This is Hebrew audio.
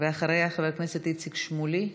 אחריה, חבר הכנסת איציק שמולי.